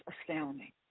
astounding